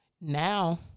now